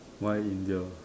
why India